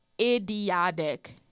idiotic